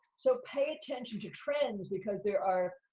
so pay attention to trends, because there are,